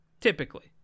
Typically